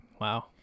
Wow